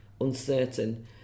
uncertain